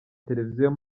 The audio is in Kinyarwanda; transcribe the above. televiziyo